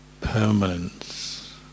permanence